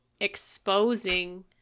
exposing